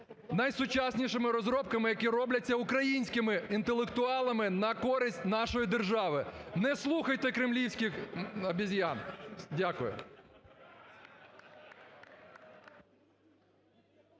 найсучаснішими розробками, які робляться українськими інтелектуалами на користь нашої держави. Не слухайте кремлівських обезьян. Дякую.